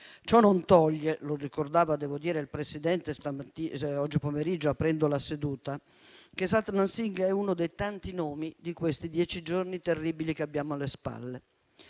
Ciò non toglie - lo ricordava il Presidente oggi pomeriggio aprendo la seduta - che Satman Singh è uno dei tanti nomi dei dieci giorni terribili che abbiamo alle spalle.